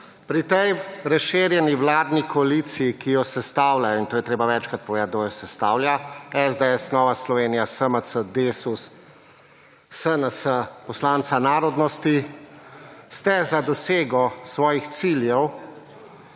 Pri tej razširjeni vladni koaliciji, ki jo sestavljajo in to je treba večkrat povedati kdo jo sestavlja: SDS, Nova Slovenija, SMC, DeSUS, SNS, poslanca Narodnosti ste za dosego svojih ciljev